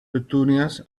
petunias